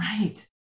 right